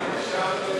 נתקבלו.